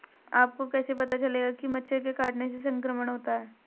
आपको कैसे पता चलेगा कि मच्छर के काटने से संक्रमण होता है?